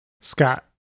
Scott